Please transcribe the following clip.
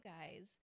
guys